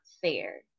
fair